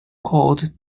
called